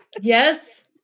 yes